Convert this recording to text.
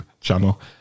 channel